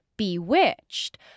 Bewitched